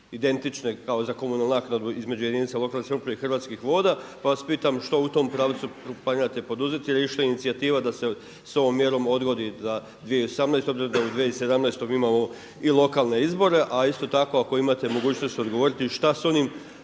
identične kao za komunalnu naknadu između jedinica lokalne samouprave i Hrvatskih voda. Pa vas pitam što u tom pravcu planirate poduzeti jer je išla inicijativa da se s ovom mjerom odgodi za 2018. obzirom da u 2017. imamo i lokalne izbore. A isto tako ako imate mogućnost odgovoriti šta sa onim